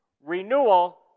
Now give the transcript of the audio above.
Renewal